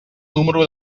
número